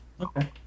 Okay